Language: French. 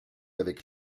avec